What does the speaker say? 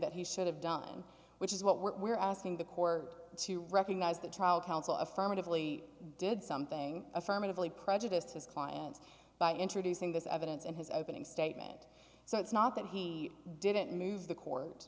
that he should have done which is what we're asking the corps to recognize the trial counsel affirmatively did something affirmatively prejudiced his client by introducing this evidence in his opening statement so it's not that he didn't move the court